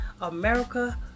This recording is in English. America